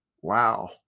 wow